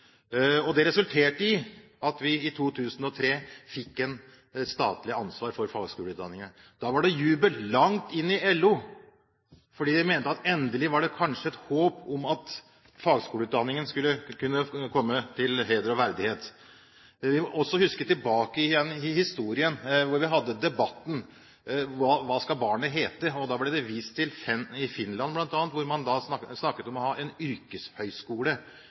Det resulterte i at staten i 2003 fikk ansvar for fagskoleutdanningen. Da var det jubel langt inn i LO. Man mente at endelig var det kanskje et håp om at fagskoleutdanningen kunne få heder og verdighet. Vi kan også huske tilbake i historien, da vi hadde debatten om hva barnet skulle hete. Da ble det bl.a. vist til Finland, og man snakket om å ha en yrkeshøyskole.